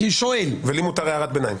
ולי מותרת הערת ביניים.